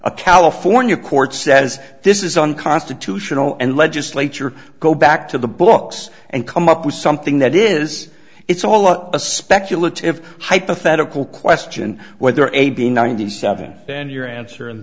a california court says this is unconstitutional and legislature go back to the books and come up with something that is it's all up a speculative hypothetical question whether a b ninety seven then your answer and